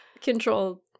control